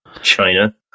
China